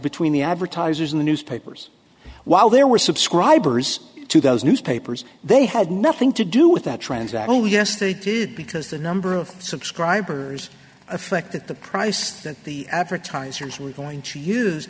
between the advertisers in the newspapers while there were subscribers to those newspapers they had nothing to do with that trends that only yes they did because the number of subscribers affected the price that the advertisers were going to use